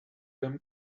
them